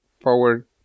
forward